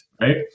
right